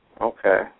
Okay